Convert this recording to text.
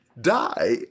Die